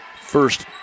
first